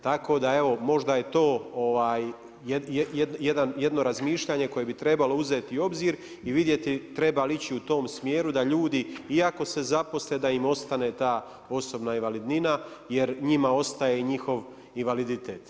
Tako da evo, možda je to jedno razmišljanje koje bi trebalo uzeti u obzir i vidjeti treba li ići u tom smjeru da ljudi, iako se zaposle, da im ostane ta osobna invalidnina jer njima ostaje i njihov invaliditet praktički.